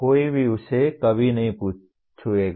कोई भी उसे कभी नहीं छूएगा